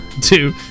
two